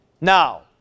Now